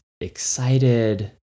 excited